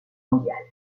mondiale